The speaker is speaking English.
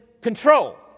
control